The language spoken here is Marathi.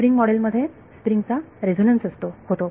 स्प्रिंग मॉडेल मध्ये स्प्रिंग चा रेझोनन्स होतो